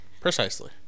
precisely